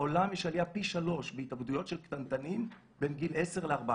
בעולם יש עלייה פי 3 בהתאבדויות של קטנטנים בין גיל 10 ל-14.